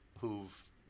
who've